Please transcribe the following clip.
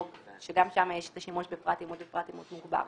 או שגם שם יש את השימוש בפרט אימות ופרט אימות מוגבר.